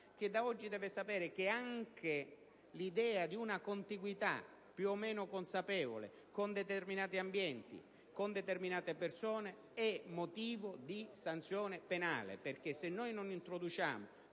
che da oggi deve sapere che anche l'idea di una contiguità più o meno consapevole con determinati ambienti, con determinate persone è motivo di sanzione penale, perché se non introduciamo